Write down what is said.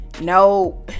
no